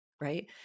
right